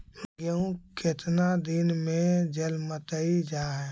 गेहूं केतना दिन में जलमतइ जा है?